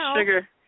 sugar